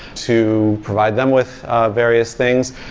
to provide them with various things.